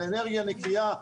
על אנרגיה נקייה,